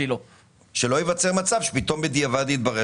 שלא ייווצר מצב שפתאום בדיעבד התברר